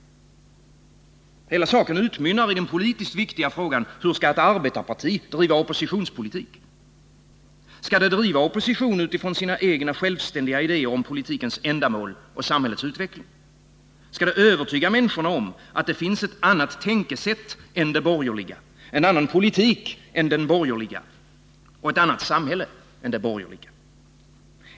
Hela saken utmynnar i den politiskt viktiga frågan: Hur skall ett arbetarparti bedriva oppositionspolitik? Skall det driva opposition utifrån sina egna, självständiga idéer om politikens ändamål och samhällets utveckling? Skall det övertyga människorna om att det finns ett annat tänkesätt än det borgerliga, en annan politik än den borgerliga och ett annat samhälle än det borgerliga?